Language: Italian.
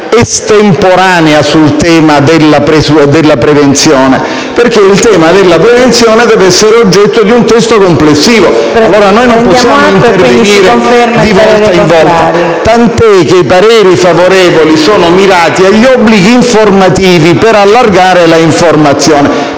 estemporanea sul tema della prevenzione, perché questo tema deve essere oggetto di un testo complessivo. Noi non possiamo intervenire di volta in volta, tant'è che i pareri favorevoli sono mirati agli obblighi informativi, per allargare l'informazione.